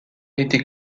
été